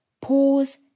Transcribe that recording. pause